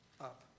up